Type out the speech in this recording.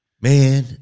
Man